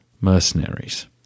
mercenaries